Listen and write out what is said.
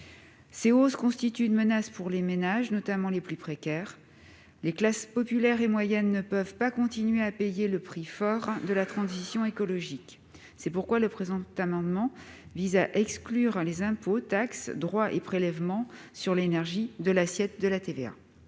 Ces hausses constituent une menace pour les ménages, notamment les plus précaires ; les classes populaires et moyennes ne peuvent pas continuer à payer le prix fort de la transition écologique. C'est pourquoi le présent amendement vise à exclure les impôts, les taxes, les droits et les prélèvements sur l'énergie de l'assiette de la TVA.